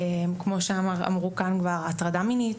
גם הטרדה מינית,